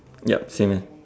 yep same